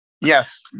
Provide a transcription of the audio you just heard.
yes